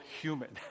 human